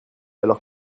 alors